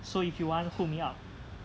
so if you want want